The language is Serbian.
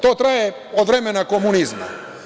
To traje od vremena komunizma.